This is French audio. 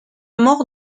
mort